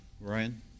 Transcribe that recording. Ryan